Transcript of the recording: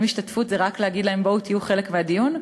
האם השתתפות זה רק להגיד להם: בואו תהיו חלק מהדיון,